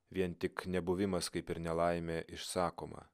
vien tik nebuvimas kaip ir nelaimė išsakoma